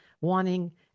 wanting